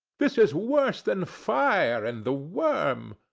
this is worse than fire and the worm.